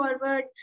forward